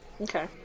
okay